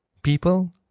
People